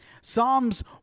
Psalms